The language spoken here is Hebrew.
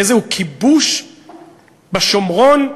איזה כיבוש בשומרון,